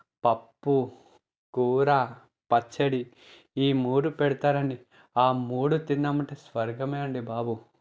పప్పు కూర పచ్చడి ఈ మూడు పెడతారు అడి ఆ మూడు తిన్నాం అంటే స్వర్గమే అండి బాబు